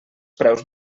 preus